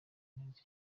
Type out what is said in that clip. neza